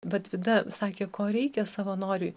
bet vida sakė ko reikia savanoriui